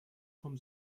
vom